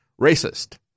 racist